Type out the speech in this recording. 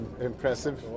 impressive